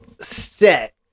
set